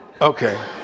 Okay